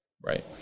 right